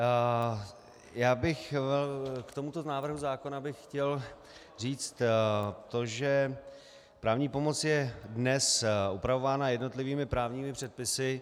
K tomuto návrhu zákona bych chtěl říct to, že právní pomoc je dnes upravována jednotlivými právními předpisy.